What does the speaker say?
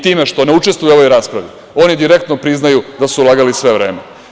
Time što ne učestvuju u ovoj raspravi oni direktno priznaju da su lagali sve vreme.